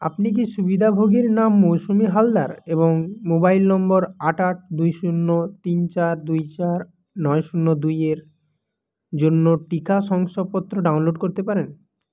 আপনি কি সুবিধাভোগীর নাম মৌসুমি হালদার এবং মোবাইল নম্বর আট আট দুই শূন্য তিন চার দুই চার নয় শূন্য দুইয়ের জন্য টিকা শংসাপত্র ডাউনলোড করতে পারেন